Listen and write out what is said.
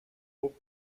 oft